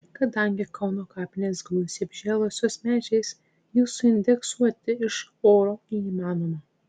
kadangi kauno kapinės gausiai apžėlusios medžiais jų suindeksuoti iš oro neįmanoma